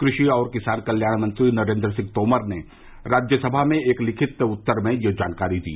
कृषि और किसान कल्याण मंत्री नरेंद्र सिंह तोमर ने राज्यसभा में एक लिखित उत्तर में यह जानकारी दी